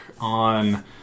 on